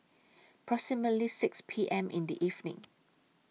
proximately six P M in The evening